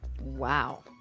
Wow